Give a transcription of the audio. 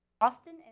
Austin